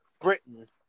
Britain